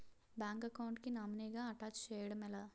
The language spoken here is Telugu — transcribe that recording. బ్యాంక్ అకౌంట్ కి నామినీ గా అటాచ్ చేయడం ఎలా?